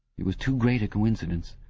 it was too great a coincidence.